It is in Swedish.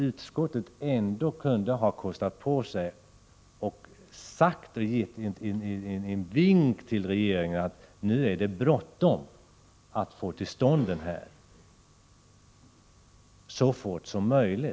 Utskottet kunde ha kostat på sig att ge en vink till regeringen om att det nu är bråttom att få till stånd denna utbildning.